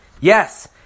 Yes